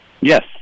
Yes